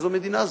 איזו מדינה זאת?